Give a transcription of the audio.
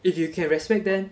if you can respect them